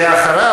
ואחריו,